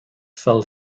fell